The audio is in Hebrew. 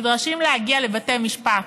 נדרשים להגיע לבתי משפט,